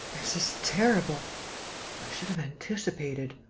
this is terrible. i should have anticipated.